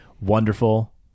wonderful